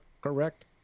correct